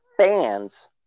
fans